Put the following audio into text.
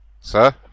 sir